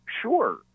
Sure